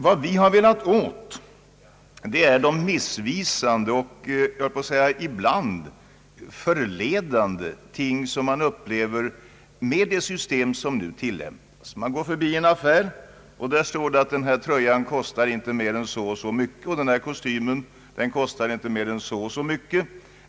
Vad vi har velat komma åt är de missvisande, och jag höll på att säga ibland förledande ting som man upplever med det nuvarande systemet. I en affärs skyltfönster står till exempel att en tröja eller en kostym kostar så och så mycket.